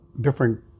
different